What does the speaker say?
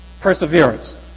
perseverance